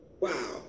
Wow